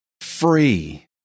free